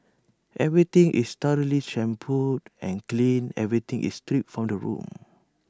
everything is thoroughly shampooed and cleaned everything is stripped from the room